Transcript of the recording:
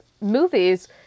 movies